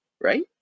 right